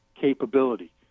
capability